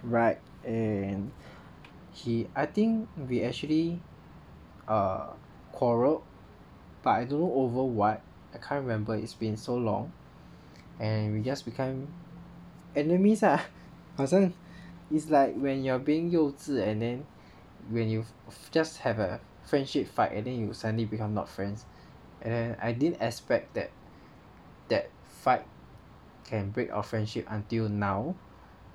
right and he I think we actually err quarrel but I don't know over what I can't remember it's been so long and we just became enemies lah 好像 it's like when you're being 幼稚 and then when you just have a friendship fight and then you suddenly become not friends and then I didn't expect that that fight can break our friendship until now